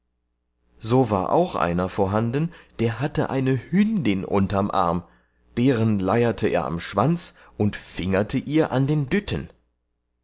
so war auch einer vorhanden der hatte eine hündin unterm arm deren leierte er am schwanz und fingerte ihr an den dütten